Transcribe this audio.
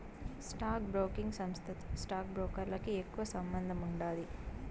stock broking సంస్థతో stock బ్రోకర్లకి ఎక్కువ సంబందముండాది